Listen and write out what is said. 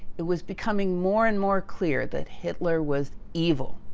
it was becoming more and more clear that hitler was evil.